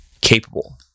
capable